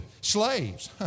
slaves